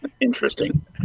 Interesting